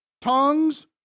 Tongues